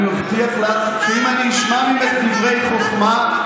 אני מבטיח לך שאם אני אשמע ממך דברי חוכמה,